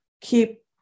keep